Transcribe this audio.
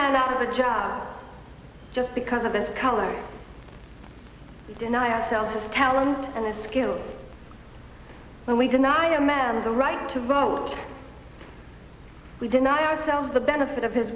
out of a job just because of his color deny ourselves his talent and his skill when we deny a man of the right to vote we deny ourselves the benefit of his